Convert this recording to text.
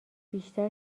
بیشتر